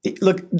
look